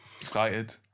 Excited